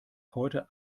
heute